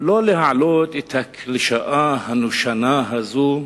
לא להעלות את הקלישאה הנושנה הזאת,